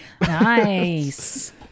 Nice